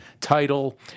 title